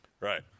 Right